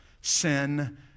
sin